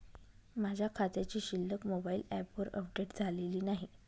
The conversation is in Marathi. माझ्या खात्याची शिल्लक मोबाइल ॲपवर अपडेट झालेली नाही